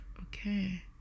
Okay